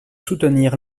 soutenir